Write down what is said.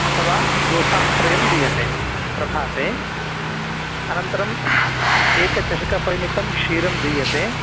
अथवा दोसात्रयं दीयते प्रभाते अनन्तरम् एकचशकपरिमितं क्षीरं दीयते